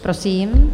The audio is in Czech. Prosím.